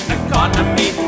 economy